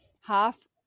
half